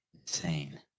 Insane